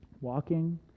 walking